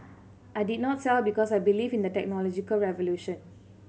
I did not sell because I believe in the technological revolution